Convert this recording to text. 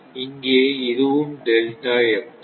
இங்கே இதுவும் delta F தான்